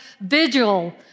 vigil